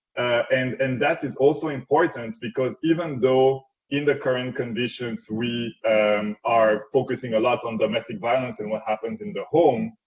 and and that is also important, because even though, in the current conditions, we are focusing a lot on domestic violence and what happens in the home,